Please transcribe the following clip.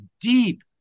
deep